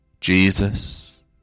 Jesus